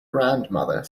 grandmother